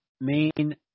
Main